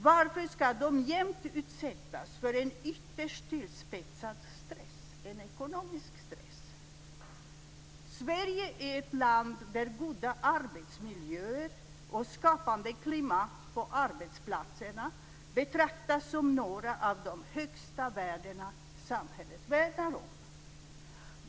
Varför ska de jämt utsättas för en ytterst tillspetsad stress, en ekonomisk stress? Sverige är ett land där goda arbetsmiljöer och skapande klimat på arbetsplatserna betraktas som några av de högsta värdena samhället värnar om.